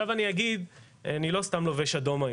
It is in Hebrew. אגיד שאני לא סתם לובש אדום היום,